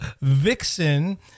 Vixen